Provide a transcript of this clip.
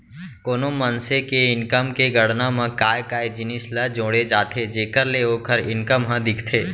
कोनो मनसे के इनकम के गणना म काय काय जिनिस ल जोड़े जाथे जेखर ले ओखर इनकम ह दिखथे?